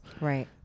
Right